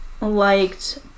liked